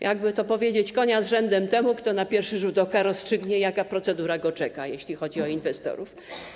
Jak by to powiedzieć, konia z rzędem temu, kto na pierwszy rzut oka rozstrzygnie, jaka procedura go czeka, jeśli chodzi o inwestorów.